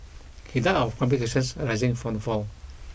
he died of complications arising from the fall